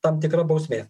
tam tikra bausmė